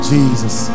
Jesus